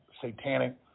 satanic